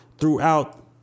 throughout